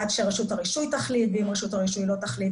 עד שרשות הרישוי תחליט ואם רשות הרישוי לא תחליט,